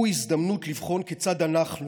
הוא הזדמנות לבחון כיצד אנחנו,